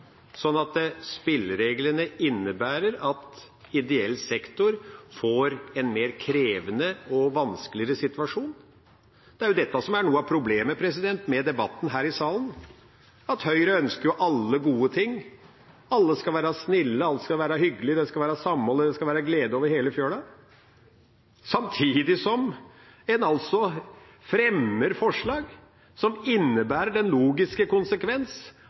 sånn at de innebærer at ideell sektor får en mer krevende og vanskelig situasjon. Det er dette som er noe av problemet med debatten her i salen, at Høyre ønsker alle gode ting: Alle skal være snille, alle skal være hyggelige, det skal være samhold, det skal være glede over hele fjøla – samtidig som en altså fremmer forslag som har den logiske konsekvens